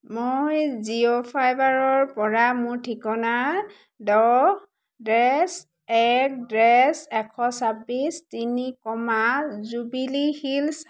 মই জিঅ' ফাইভাৰৰ পৰা মোৰ ঠিকনাৰ দহ ডেচ এক ডেচ এশ চাবিছ তিনি কমা জুবিলি হিলছ